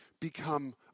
become